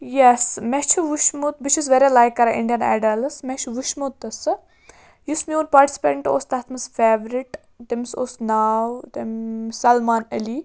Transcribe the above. یَس مےٚ چھُ وُچھمُت بہٕ چھَس واریاہ لایک کَران اِنڈیَن اَیڈَلس مےٚ چھُ وُچھمُت تہٕ سُہ یُس میوٗن پارٹسِپیٚنٹ اوٗس تَتھ منٛز فیورِٹ تٔمِس اوٗس ناو سَلمان علی